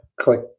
click